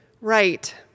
right